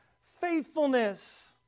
faithfulness